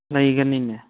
ꯅꯩꯒꯅꯤꯅꯦ